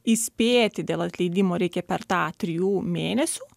įspėti dėl atleidimo reikia per tą trijų mėnesių